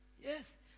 Yes